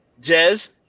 Jez